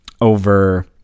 over